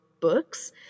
books